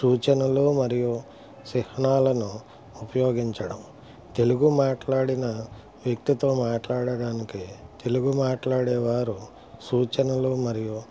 సూచనలు మరియు చిహ్నాలను ఉపయోగించడం తెలుగు మాట్లాడని వ్యక్తితో మాట్లాడడానికి తెలుగు మాట్లాడేవారు సూచనలు మరియు